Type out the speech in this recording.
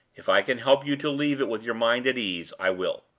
if i can help you to leave it with your mind at ease, i will.